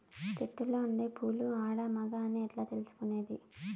చెట్టులో ఉండే పూలు ఆడ, మగ అని ఎట్లా తెలుసుకునేది?